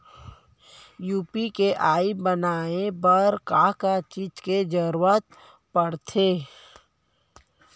UPI बनाए बर का का चीज के जरवत पड़थे?